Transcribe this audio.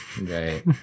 Right